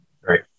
Right